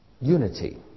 unity